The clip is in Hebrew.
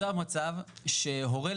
בבקשה.